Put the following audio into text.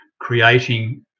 creating